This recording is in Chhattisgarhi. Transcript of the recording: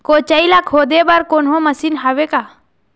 कोचई ला खोदे बर कोन्हो मशीन हावे का?